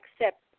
accept